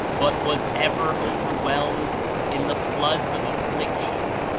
but was ever overwhelmed in the floods of affliction,